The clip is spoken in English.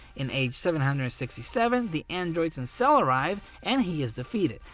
in age seven hundred and sixty seven the androids and cell arrive and he is defeated.